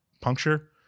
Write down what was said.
puncture